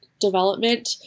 development